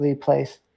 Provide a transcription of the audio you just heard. place